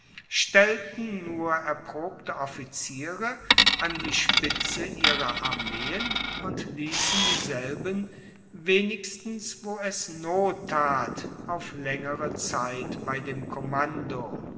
stellten nur erprobte offiziere an die spitze ihrer armeen und liessen dieselben wenigstens wo es not tat auf laengere zeit bei dem kommando